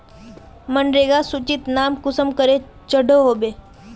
मनरेगा सूचित नाम कुंसम करे चढ़ो होबे?